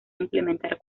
implementar